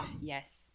Yes